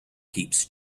keeps